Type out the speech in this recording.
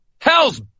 Hell's